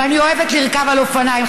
ואני אוהבת לרכוב על אופניים,